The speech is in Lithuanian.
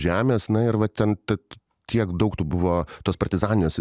žemės na ir va ten tad tiek daug buvo tos partizaninės